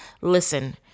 Listen